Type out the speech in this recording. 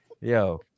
yo